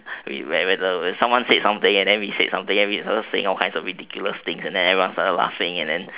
where someone said something then we said something then we said all sorts of ridiculous things then we started laughing and then